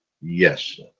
Yes